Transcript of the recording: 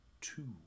two